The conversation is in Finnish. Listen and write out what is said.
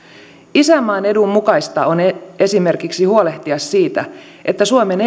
isänmaan edun mukaista on esimerkiksi huolehtia siitä että suomen